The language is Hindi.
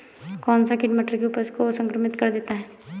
कौन सा कीट मटर की उपज को संक्रमित कर देता है?